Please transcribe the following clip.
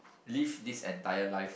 leave least entire life